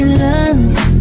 love